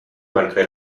malgré